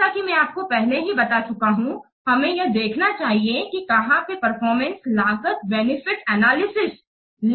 जैसा कि मैं आपको पहले ही बता चुका हूं हमें यह देखना चाहिए कि कहाँ पे परफॉरमेंस लागत बेनिफिट एनालिसिस